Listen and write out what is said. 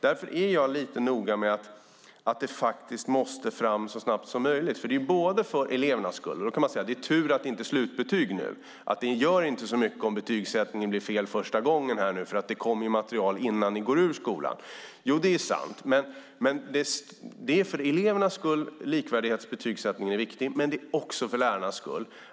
Därför är jag lite noga med att det måste fram så snabbt som möjligt. Då kan man säga att det är tur för elevernas skull att det inte är fråga om slutbetyg nu, att det inte gör så mycket om betygssättningen första gången blir fel för det kommer material innan de går ut skolan. Det är sant, likvärdigheten i betygssättningen är viktig för elevernas skull, men också för lärarnas skull.